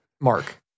Mark